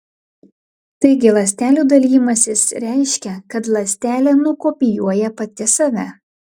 taigi ląstelių dalijimasis reiškia kad ląstelė nukopijuoja pati save